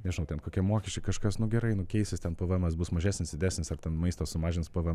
nežinau ten kokie mokesčiai kažkas nu gerai nu keisis ten pėvėemas bus mažesnis didesnis ar ten maisto sumažins pvm